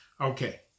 Okay